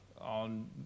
on